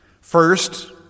First